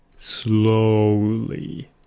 slowly